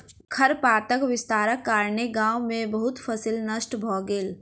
खरपातक विस्तारक कारणेँ गाम में बहुत फसील नष्ट भ गेल